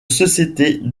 sociétés